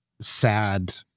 sad